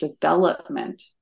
development